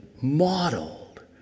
modeled